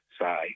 say